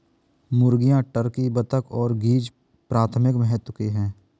मुर्गियां, टर्की, बत्तख और गीज़ प्राथमिक महत्व के हैं